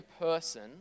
person